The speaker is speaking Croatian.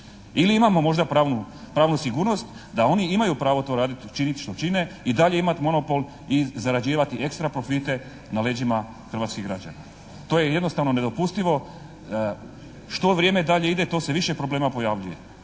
Ili imamo možda pravnu sigurnost da oni imaju pravo to raditi, činiti što čine i dalje imati monopol i zarađivati ekstraprofite na leđima hrvatskih građana. To je jednostavno nedopustivo. Što vrijeme dalje ide, to se više problema pojavljuje.